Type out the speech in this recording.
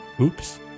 Oops